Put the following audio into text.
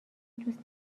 دوست